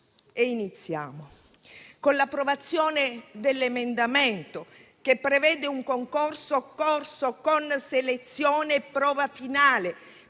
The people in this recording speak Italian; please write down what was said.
Con l'approvazione dell'emendamento che prevede un corso concorso con selezione e prova finale